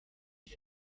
izi